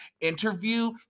interview